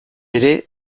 ere